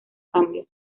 cambios